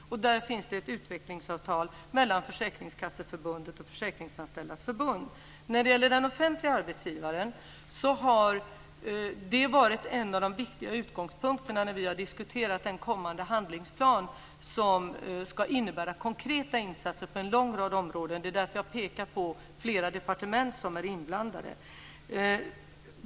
Där finns det ett utvecklingsavtal mellan Försäkringskasseförbundet och Försäkringsanställdas förbund. När det gäller den offentliga arbetsgivaren kan jag säga att detta har varit en av de viktiga utgångspunkterna när vi har diskuterat den kommande handlingsplanen, som ska innebära konkreta insatser på en lång rad områden. Det är därför jag pekar på flera departement som är inblandade.